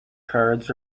cards